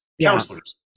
counselors